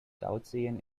tauziehen